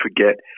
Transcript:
forget